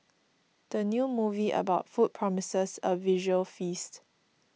the new movie about food promises a visual feast